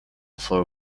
for